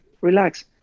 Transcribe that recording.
relax